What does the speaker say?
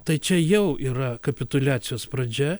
tai čia jau yra kapituliacijos pradžia